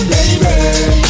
Baby